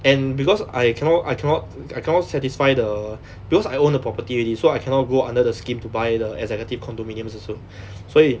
and because I cannot I cannot I cannot satisfy the because I own the property already so I cannot go under the scheme to buy the executive condominiums also 所以